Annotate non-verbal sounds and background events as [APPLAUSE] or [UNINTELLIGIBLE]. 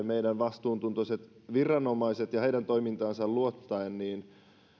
[UNINTELLIGIBLE] meidän vastuuntuntoiset viranomaisemme ja että heidän toimintaansa luottaen